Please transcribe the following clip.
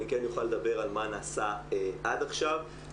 אני אוכל לדבר על מה נעשה עד עכשיו,